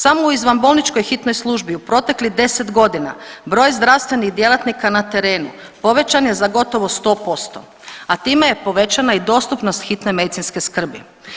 Samo u izvanbolničkoj hitnoj službi u proteklih 10 godina, broj zdravstvenih djelatnika na terenu povećan je za gotovo 100%, a time je povećana i dostupnost hitne medicinske skrbi.